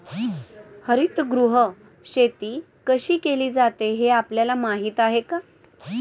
हरितगृह शेती कशी केली जाते हे आपल्याला माहीत आहे का?